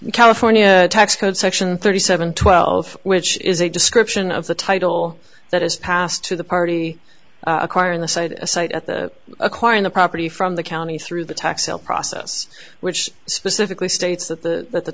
california tax code section thirty seven twelve which is a description of the title that is passed to the party acquiring the site a site at the acquiring a property from the county through the tax sale process which specifically states that the that the